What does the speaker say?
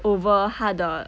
over 他的